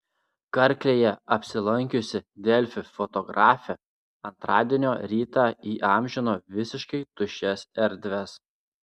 karklėje apsilankiusi delfi fotografė antradienio rytą įamžino visiškai tuščias erdves